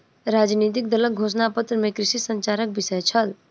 राजनितिक दलक घोषणा पत्र में कृषि संचारक विषय छल